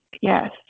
Yes